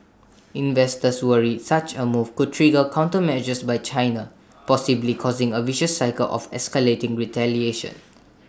investors worry such A move could trigger countermeasures by China possibly causing A vicious cycle of escalating retaliation